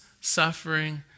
suffering